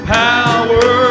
power